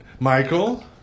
Michael